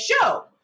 show